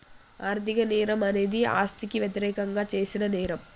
ఆర్థిక నేరం అనేది ఆస్తికి వ్యతిరేకంగా చేసిన నేరం